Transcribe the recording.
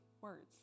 words